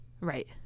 Right